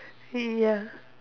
ya